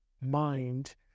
mind